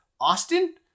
Austin